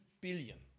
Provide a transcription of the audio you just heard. billion